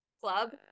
club